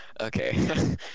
Okay